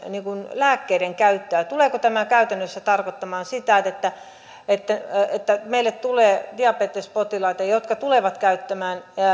lääkkeiden käyttöä tuleeko tämä käytännössä tarkoittamaan sitä että meille tulee diabetespotilaita jotka tulevat